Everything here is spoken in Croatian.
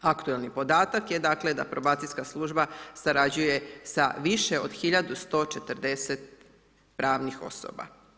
Aktualni podatak je dakle, da probacijska služba surađuje sa više od 1140 pravnih osoba.